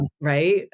right